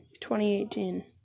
2018